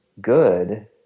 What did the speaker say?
good